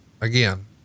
Again